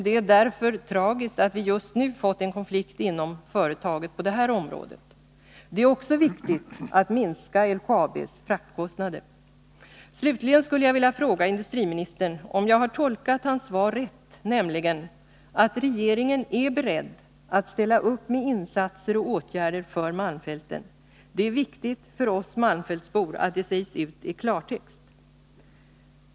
Det är därför tragiskt att vi just nu fått en konflikt inom företaget på detta område. Det är också viktigt att minska LKAB:s fraktkostnader. Slutligen skulle jag vilja fråga industriministern om jag har tolkat hans svar rätt, nämligen att regeringen är beredd att ställa upp med insatser och åtgärder för malmfälten. Det är viktigt för oss malmfältsbor att det sägs ut i klartext.